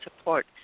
support